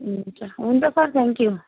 हुन्छ हुन्छ sir thank you